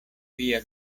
via